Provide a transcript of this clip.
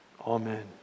Amen